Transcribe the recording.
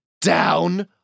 down